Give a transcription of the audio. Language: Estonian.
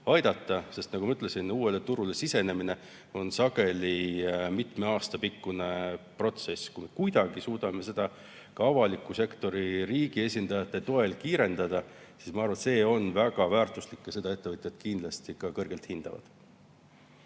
aidata. Nagu ma ütlesin, uuele turule sisenemine on sageli mitme aasta pikkune protsess. Kui me kuidagi suudame seda avaliku sektori, riigi esindajate toel kiirendada, siis see on minu arvates väga väärtuslik tugi ja seda ettevõtjad kindlasti ka kõrgelt hindavad.